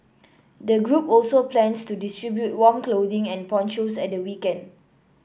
the group also plans to distribute warm clothing and ponchos at the weekend